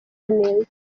neza